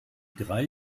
drei